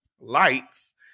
lights